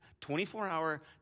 24-hour